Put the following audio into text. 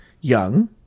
young